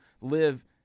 live